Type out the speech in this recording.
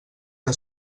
que